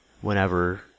whenever